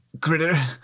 critter